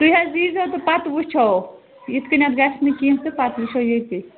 تُہۍ حظ ییٖزیو تہٕ پتہٕ وٕچھو یِتھ کٔنٮ۪تھ گَژھِ نہٕ کیٚنٛہہ تہٕ پتہٕ وٕچھو ییٚتی